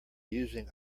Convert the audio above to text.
using